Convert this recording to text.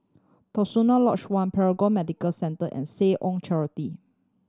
Terusan Lodge One Paragon Medical Centre and Seh Ong Charity